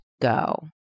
go